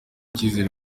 icyizere